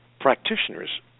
practitioners